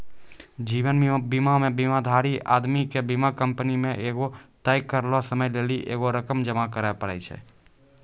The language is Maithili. जीवन बीमा मे बीमाधारी आदमी के बीमा कंपनी मे एगो तय करलो समय लेली एगो रकम जमा करे पड़ै छै